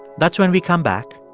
that's when we come back.